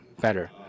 better